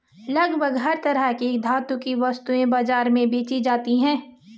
लगभग हर तरह की धातु भी वस्तु बाजार में बेंची जाती है